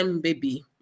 baby